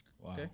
Wow